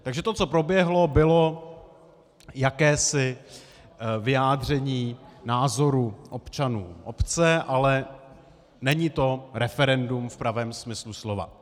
Takže to, co proběhlo, bylo jakési vyjádření názoru občanů obce, ale není to referendum v pravém smyslu slova.